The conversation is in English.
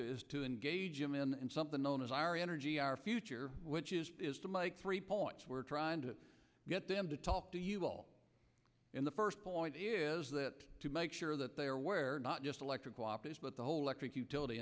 is to engage him in and something known as our energy our future which is to make three points we're trying to get them to talk to you all in the first point is that to make sure that they are aware not just electric wapas but the whole electric utility